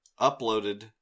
uploaded